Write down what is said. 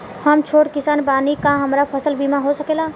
हम छोट किसान बानी का हमरा फसल बीमा हो सकेला?